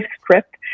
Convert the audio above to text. script